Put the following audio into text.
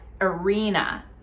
arena